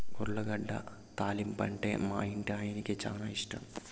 ఉర్లగడ్డ తాలింపంటే మా ఇంటాయనకి చాలా ఇష్టం